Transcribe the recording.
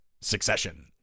Succession